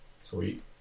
Sweet